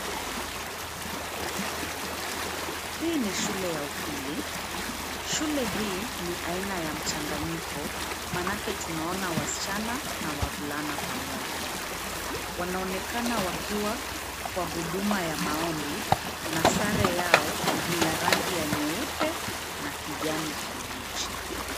Hii ni shule ya upili. Shule hii ni aina ya mchanganyiko maanake tunaona wasichana na wavulana pamoja. Wanaonekana wakiwa kwa huduma ya maombi na sare yao ni ya rangi ya nyeupe na kijani kibichi.